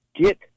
get